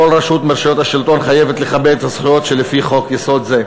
כל רשות מרשויות השלטון חייבת לכבד את הזכויות שלפי חוק-יסוד זה."